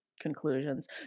conclusions